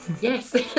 Yes